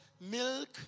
milk